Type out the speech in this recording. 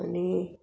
आनी